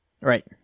Right